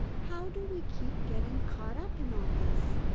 how do we keep getting caught up in all this?